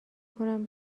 کنم